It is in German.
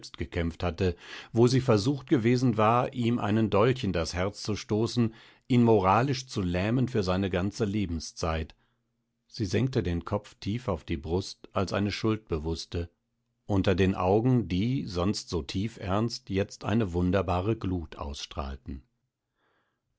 gekämpft hatte wo sie versucht gewesen war ihm einen dolch in das herz zu stoßen ihn moralisch zu lähmen für seine ganze lebenszeit sie senkte den kopf tief auf die brust als eine schuldbewußte unter den augen die sonst so tiefernst jetzt eine wunderbare glut ausstrahlten